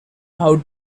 how